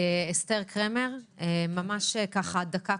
אסתר קרמר, ממש בדקה.